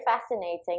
fascinating